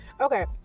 Okay